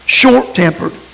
short-tempered